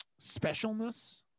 specialness